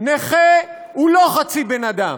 נכה הוא לא חצי בן אדם,